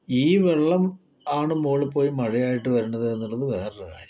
ഈ വെള്ളം ആണ് മുകളിൽ പോയി മഴയായിട്ട് വരുന്നത് എന്നത് വേറൊരു കാര്യം